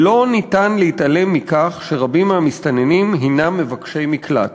"לא ניתן להתעלם מכך שרבים מהמסתננים הנם מבקשי מקלט".